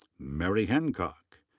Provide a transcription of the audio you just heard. mary hancock.